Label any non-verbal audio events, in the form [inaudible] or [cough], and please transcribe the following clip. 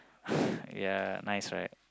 [breath] ya nice right